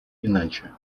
иначе